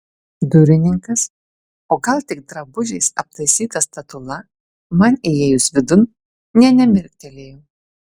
durininkas o gal tik drabužiais aptaisyta statula man įėjus vidun nė nemirktelėjo